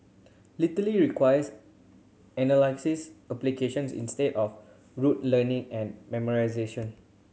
requires analysis applications instead of rote learning and memorisation